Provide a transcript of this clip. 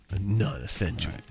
non-essential